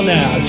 now